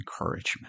encouragement